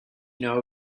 know